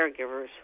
caregivers